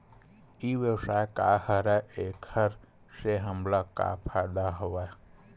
ई व्यवसाय का हरय एखर से हमला का फ़ायदा हवय?